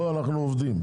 פה אנחנו עובדים...